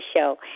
show